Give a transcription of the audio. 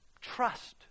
Trust